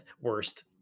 worst